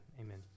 amen